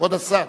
כבוד השר,